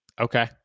Okay